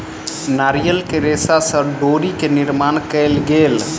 नारियल के रेशा से डोरी के निर्माण कयल गेल